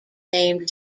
named